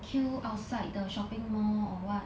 queue outside the shopping mall or what